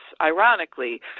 Ironically